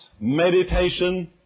meditation